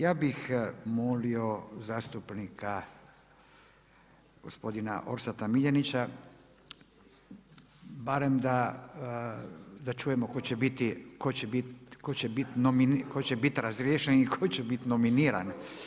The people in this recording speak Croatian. Ja bih molio zastupnika gospodina Orsata Miljenića barem da čujemo tko će biti razriješen i tko će biti nominiran.